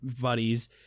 buddies